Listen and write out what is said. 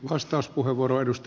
arvoisa puhemies